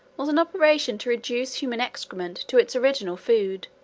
was an operation to reduce human excrement to its original food,